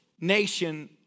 nation